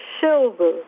silver